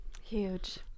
huge